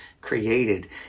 created